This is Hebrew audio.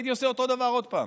הייתי עושה אותו דבר עוד פעם.